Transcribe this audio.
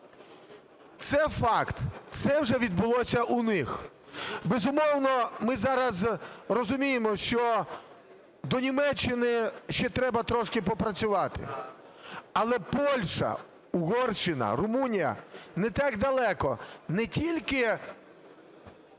Це факт. Це вже відбулося у них. Безумовно, ми зараз розуміємо, що до Німеччини ще треба трошки попрацювати. Але Польща, Угорщина, Румунія не так далеко не тільки,